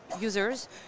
users